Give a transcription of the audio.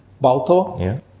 Balto